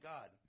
God